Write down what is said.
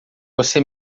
você